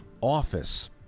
office